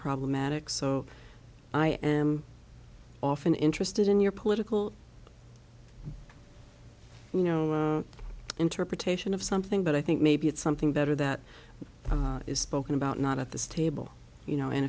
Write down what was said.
problematic so i am often interested in your political you know interpretation of something but i think maybe it's something better that is spoken about not at this table you know and